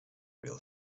real